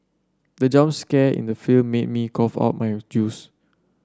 the jump scare in the film made me cough out my juice